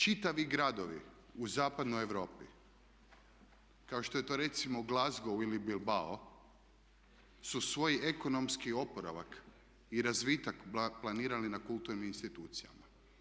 Čitavi gradovi u zapadnoj Europi kao što je to recimo Glasgow ili Bilbao su svoj ekonomski oporavak i razvitak planirali na kulturnim institucijama.